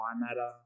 matter